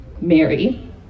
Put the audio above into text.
mary